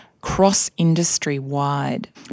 cross-industry-wide